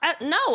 no